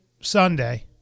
Sunday